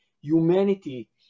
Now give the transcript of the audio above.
humanity